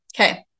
Okay